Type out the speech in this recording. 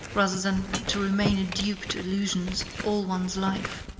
rather than to remain a dupe to illusions all one's life.